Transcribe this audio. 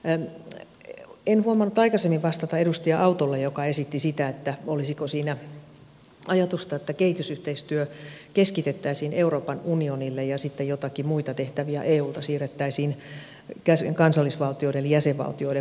en huomannut aikaisemmin vastata edustaja autolle joka esitti sitä että olisiko siinä ajatusta että kehitysyhteistyö keskitettäisiin euroopan unionille ja sitten joitakin muita tehtäviä eulta siirrettäisiin kansallisvaltioiden eli jäsenvaltioiden vastuulle